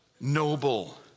noble